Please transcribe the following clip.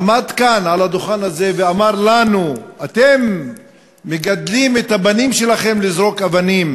עמד כאן על הדוכן הזה ואמר לנו: אתם מגדלים את הבנים שלכם לזרוק אבנים,